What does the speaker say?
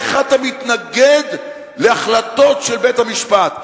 איך אתה מתנגד להחלטות של בית-המשפט?